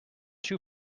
two